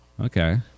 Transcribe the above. Okay